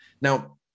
now